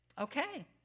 okay